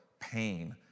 pain